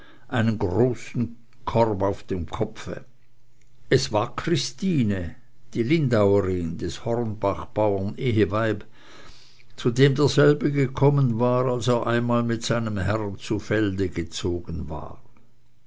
einen großen korb auf dem kopfe es war christine die lindauerin des hornbachbauren eheweib zu dem derselbe gekommen war als er einmal mit seinem herrn zu felde gezogen war